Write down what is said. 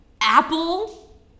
apple